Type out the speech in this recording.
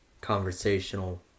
conversational